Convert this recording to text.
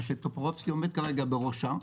הוועדה שטופורובסקי עומד כרגע בראשה,